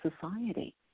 society